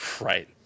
Right